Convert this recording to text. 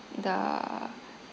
the